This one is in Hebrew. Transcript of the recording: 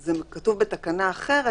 זה כתוב בתקנה אחרת,